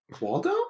Waldo